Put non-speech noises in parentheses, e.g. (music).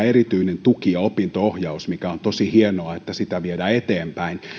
(unintelligible) erityinen tuki ja opinto ohjaus eli on tosi hienoa että sitä viedään eteenpäin